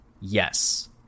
Yes